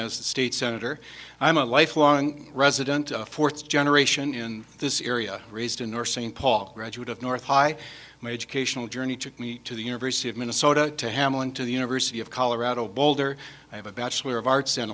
a state senator i'm a lifelong resident of fourth generation in this area raised in or st paul graduate of north high my educational journey took me to the university of minnesota to hamelin to the university of colorado boulder i have a bachelor of arts